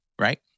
right